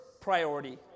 priority